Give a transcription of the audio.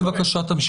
בבקשה, תמשיכי.